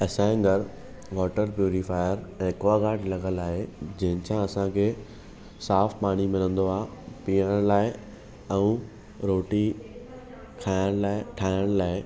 असांए घरु water purifier Aquaguard लॻल आहे जंहिंसा असांखे साफ़ु पाणी मिलंदो आहे पीअण लाइ ऐं रोटी खाइण लाइ ठाहिण लाइ